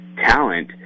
talent